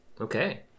Okay